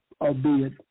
albeit